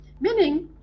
Meaning